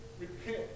repent